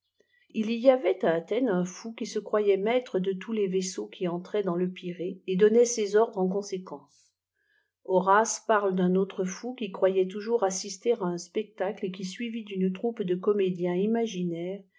il y avait a athèn un fou qui e croyait mattre de toils les vaisseaux qui entraient dans le pirée et donnait se çrdres e conséquence horace parle d'un autre fau qui croyait toujours assistée à un spectacle et qui suivi d'une troupe de comédiens imaginaires